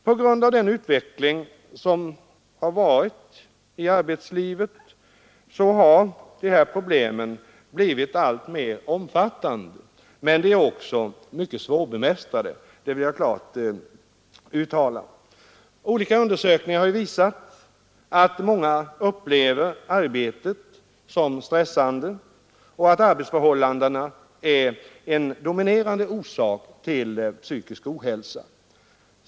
På grund av den utveckling som skett i arbetslivet har de här problemen blivit alltmer omfattande. De är också mycket svårbemästrade, det vill jag klart uttala. Olika undersökningar har visat att många upplever arbetet som stressande och att arbetsförhållandena är en dominerande orsak till psykisk ohälsa.